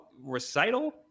recital